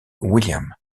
william